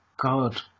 god